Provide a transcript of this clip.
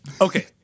okay